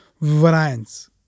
variance